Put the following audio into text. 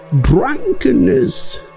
drunkenness